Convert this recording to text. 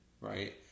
Right